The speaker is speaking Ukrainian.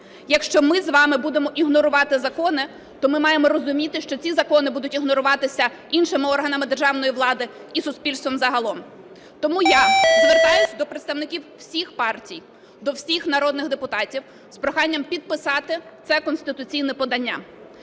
Якщо ми з вами будемо ігнорувати закони, то ми маємо розуміти, що ці закони будуть ігноруватися іншими органами державної влади і суспільством загалом. Тому я звертаюсь до представників всіх партій, до всіх народних депутатів з проханням підписати це конституційне подання,